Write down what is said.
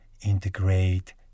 integrate